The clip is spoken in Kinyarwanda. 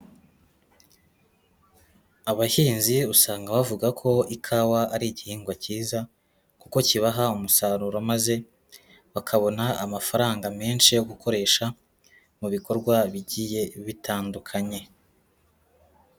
Abahinzi usanga bavuga ko ikawa ari igihingwa cyiza kuko kibaha umusaruro maze bakabona amafaranga menshi yo gukoresha mu bikorwa bigiye bitandukanye.